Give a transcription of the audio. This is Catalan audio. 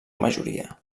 majoria